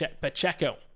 Pacheco